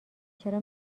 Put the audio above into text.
چرا